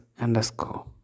underscore